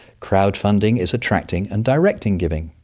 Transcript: crowdfunding is attracting and directing giving.